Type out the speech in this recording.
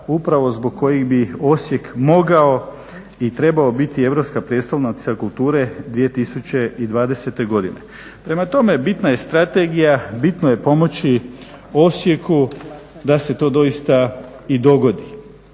upravo zbog kojih bi Osijek mogao i trebao biti europska prijestolnica kulture 2020. godine. Prema tome, bitna je strategija, bitno je pomoći Osijeku da se to doista i dogodi.